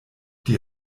die